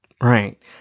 Right